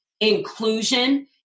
inclusion